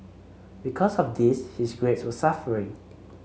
because of this his grades were suffering